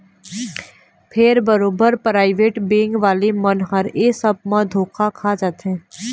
फेर बरोबर private bank वाले मन ह ऐ सब म धोखा खा जाथे